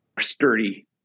sturdy